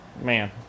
man